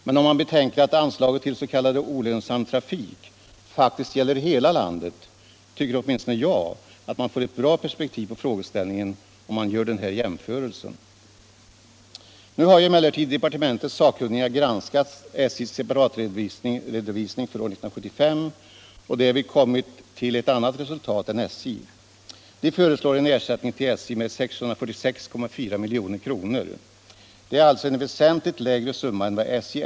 Men om man betänker att anslaget till s.k. olönsam trafik faktiskt gäller hela landet, tycker åtminstone jag att man får ett bra perspektiv på frågeställningen, om man gör den här jämförelsen. Nu har emellertid departementets sakkunniga granskat SJ:s separatredovisning för år 1975 och därvid kommit till ett annat resultat än SJ. De sakkunniga föreslår en ersättning till SJ med 646,4 milj.kr. Det är alltså en väsentligt lägre summa än SJ äskat.